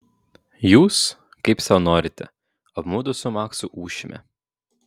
jūs kaip sau norite o mudu su maksu ūšime